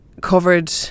covered